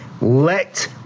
Let